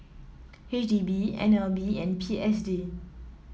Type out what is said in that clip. H D B N L B and P S D